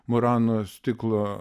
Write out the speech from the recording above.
murano stiklo